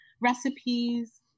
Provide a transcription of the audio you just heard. recipes